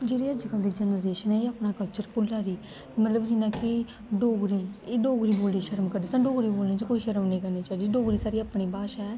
जेह्ड़ी अजकल्ल दी जनरेशन ऐ एह् अपना कलचर भुल्ला दी मतलब जियां कि डोगरी एह् डोगरी बोलदे शर्म करदे सानूं डोगरी बोलने च कोई शर्म निं करनी चाहिदी डोगरी साढ़ी अपनी भाशा ऐ